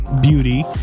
beauty